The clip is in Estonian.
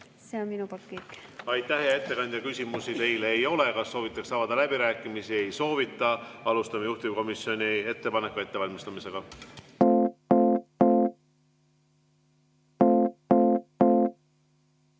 See on minu poolt kõik. Aitäh, hea ettekandja! Küsimusi teile ei ole. Kas soovitakse avada läbirääkimisi? Ei soovita. Alustame juhtivkomisjoni ettepaneku [hääletamise]